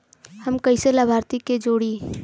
हम कइसे लाभार्थी के जोड़ी?